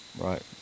Right